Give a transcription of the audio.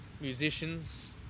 musicians